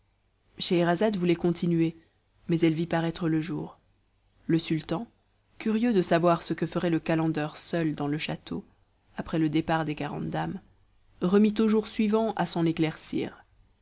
scheherazade voulait continuer mais elle vit paraître le jour le sultan curieux de savoir ce que ferait le calender seul dans le château après le départ des quarante dames remit au jour suivant à s'en éclaircir